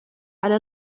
على